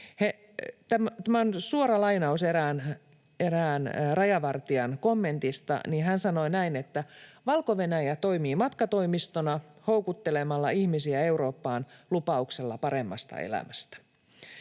Tämä on suora lainaus erään rajavartijan kommentista. Hän sanoi näin: ”Valko-Venäjä toimii matkatoimistona houkuttelemalla ihmisiä Eurooppaan lupauksella paremmasta elämästä.”